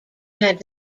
had